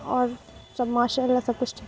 اور سب ماشاء اللہ سب کچھ